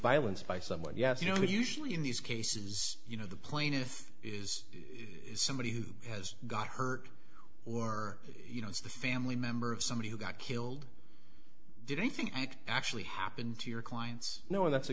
violence by someone yes you know usually in these cases you know the plaintiff is somebody who has got hurt or you know it's the family member of somebody who got killed didn't think it actually happened to your clients no and that's a